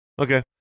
Okay